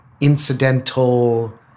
incidental